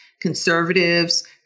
conservatives